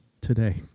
today